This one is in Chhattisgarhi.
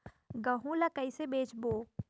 गहूं ला कइसे बेचबो?